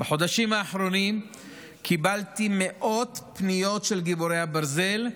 בחודשים האחרונים קיבלתי מאות פניות של גיבורי הברזל,